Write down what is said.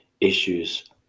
issues